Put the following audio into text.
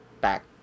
back